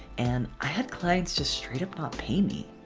and i had clients just straight up not pay me.